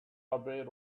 aware